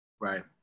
Right